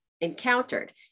encountered